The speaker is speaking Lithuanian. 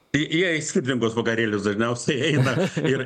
į jie į skirtingus vakarėlius dažniausiai eina ir